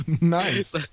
Nice